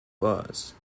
was